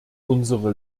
unsere